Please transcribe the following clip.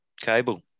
cable